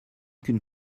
qu’une